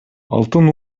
алтын